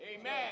Amen